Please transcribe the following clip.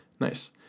Nice